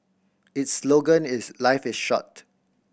its slogan is Life is short